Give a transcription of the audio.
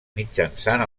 mitjançant